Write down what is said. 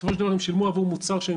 בסופו של דבר הם שילמו עבור מוצר שהם